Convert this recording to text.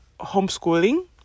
homeschooling